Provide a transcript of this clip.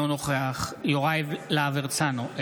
אינו נוכח יוראי להב הרצנו,